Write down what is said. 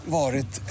varit